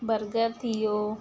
burger थी वियो